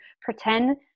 pretend